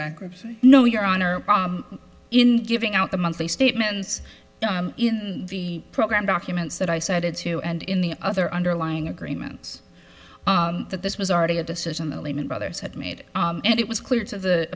bankruptcy no your honor in giving out the monthly statements in the program documents that i cited too and in the other underlying agreements that this was already a decision that lehman brothers had made and it was clear to the